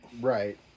Right